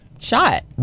Shot